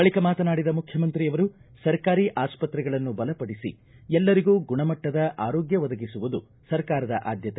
ಬಳಿಕ ಮಾತನಾಡಿದ ಮುಖ್ಯಮಂತ್ರಿಯವರು ಸರ್ಕಾರಿ ಆಸ್ಪತ್ರೆಗಳನ್ನು ಬಲಪಡಿಸಿ ಎಲ್ಲರಿಗೂ ಗುಣಮಟ್ಟದ ಆರೋಗ್ಯ ಒದಗಿಸುವುದು ಸರ್ಕಾರದ ಆದ್ಯತೆ